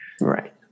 Right